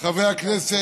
חברי הכנסת,